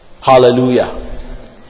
Hallelujah